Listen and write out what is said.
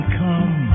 come